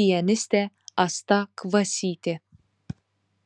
pianistė asta kvasytė